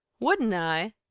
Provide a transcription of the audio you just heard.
wouldn't i?